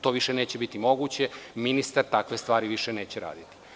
To više neće biti moguće i ministar takve stvari više neće raditi.